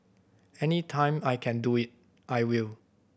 any time I can do it I will